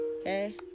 Okay